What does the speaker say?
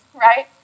Right